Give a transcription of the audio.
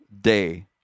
day